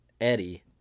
Eddie